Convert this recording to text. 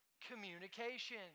communication